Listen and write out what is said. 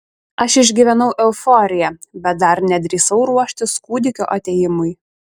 aš išgyvenau euforiją bet dar nedrįsau ruoštis kūdikio atėjimui